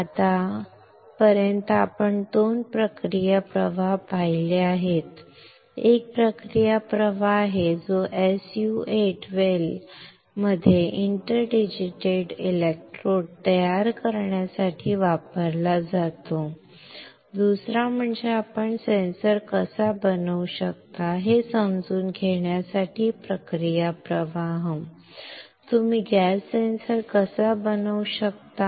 आता आत्तापर्यंत आपण दोन प्रक्रिया प्रवाह पाहिले आहेत एक प्रक्रिया प्रवाह आहे जो SU 8 वेल मध्ये इंटरडिजिटेटेड इलेक्ट्रोड तयार करण्यासाठी वापरला जातो दुसरा म्हणजे आपण सेन्सर कसा बनवू शकता हे समजून घेण्यासाठी प्रक्रिया प्रवाह तुम्ही गॅस सेन्सर कसा बनवू शकता